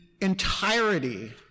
entirety